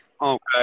Okay